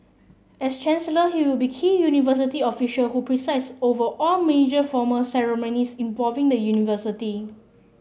as Chancellor he will be key university official who presides over all major formal ceremonies involving the university